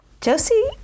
josie